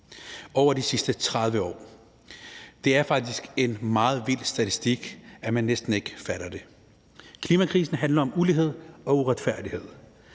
over de sidste 30 år. Det er faktisk en så vild statistik, at man næsten ikke fatter det. Klimakrisen handler om ulighed og uretfærdighed.